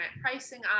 pricing